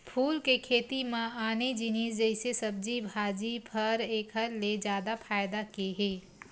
फूल के खेती म आने जिनिस जइसे सब्जी भाजी, फर एखर ले जादा फायदा के हे